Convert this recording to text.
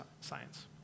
science